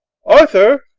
arthur!